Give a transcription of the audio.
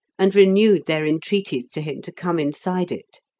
and renewed their entreaties to him to come inside it.